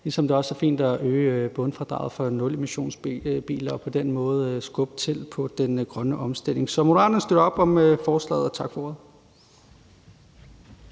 ligesom det også er fint at øge bundfradraget for nulemissionsbiler og på den måde skubbe på den grønne omstilling. Så Moderaterne støtter op om forslaget. Tak for ordet.